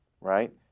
right